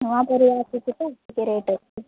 ନୂଆ କରି ଆସିଛି ତ ଟିକେ ରେଟ୍ ଅଛି